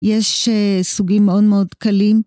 יש סוגים מאוד מאוד קלים.